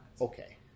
Okay